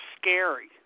scary